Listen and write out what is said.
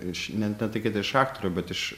iš ne ne tai kad iš aktorių bet iš